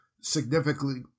significantly